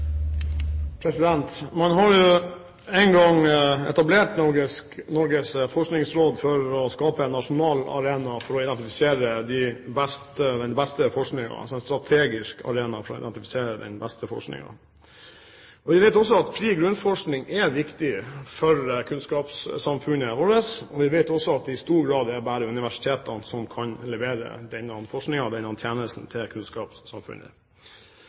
Norges forskningsråd for å skape en nasjonal arena, altså en strategisk arena, for å identifisere den beste forskningen. Vi vet at fri grunnforskning er viktig for kunnskapssamfunnet vårt. Vi vet også at det i stor grad bare er universitetene som kan levere denne forskningen, denne tjenesten, til kunnskapssamfunnet.